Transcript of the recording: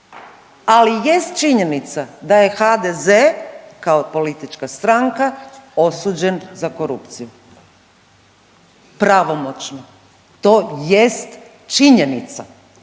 ali jest činjenica da je HDZ kao politička stranka osuđen za korupciju pravomoćno. To jest činjenica